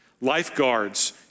Lifeguards